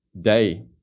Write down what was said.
day